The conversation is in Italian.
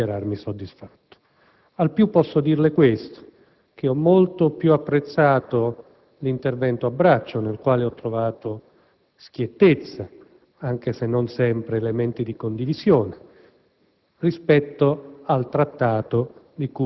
per non essere fariseo, non posso proprio dichiararmi soddisfatto. Al più, posso dirle questo: ho molto più apprezzato l'intervento a braccio, nel quale ho trovato schiettezza, anche se non sempre elementi di condivisione,